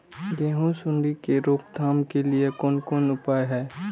गेहूँ सुंडी के रोकथाम के लिये कोन कोन उपाय हय?